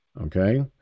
Okay